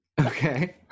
okay